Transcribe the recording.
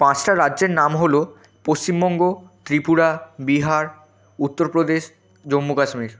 পাঁচটা রাজ্যের নাম হলো পশ্চিমবঙ্গ ত্রিপুরা বিহার উত্তর প্রদেশ জম্মু কাশ্মীর